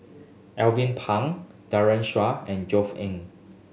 Alvin Pang Daren Shiau and Josef Ng